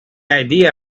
idea